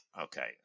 Okay